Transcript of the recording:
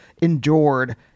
endured